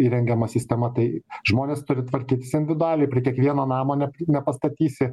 įrengiama sistema tai žmonės turi tvarkytis individualiai prie kiekvieno namo ne nepastatysi